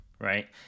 right